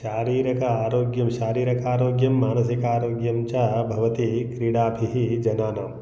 शारीरक आरोग्यं शारीरकारोग्यं मानसिकारोग्यं च भवति क्रीडाभिः जनानां